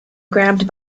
grabbed